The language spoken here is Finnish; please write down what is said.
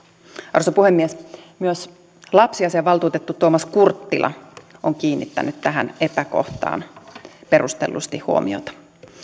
arvoisa puhemies myös lapsiasiavaltuutettu tuomas kurttila on kiinnittänyt tähän epäkohtaan perustellusti huomiota